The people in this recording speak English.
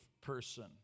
person